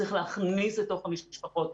צריך להכניס לתוך את המשפחות.